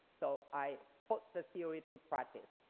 so i put the theory to practice.